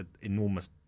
enormous